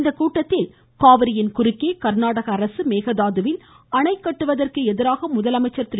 இக்கூட்டத்தில் காவிரியின் குறுக்கே கர்நாடக அரசு மேகதாதுவில் அணை கட்டுவதற்கு எதிராக முதலமைச்சர் திரு